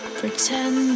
pretend